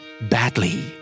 badly